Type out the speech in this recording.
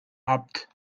habt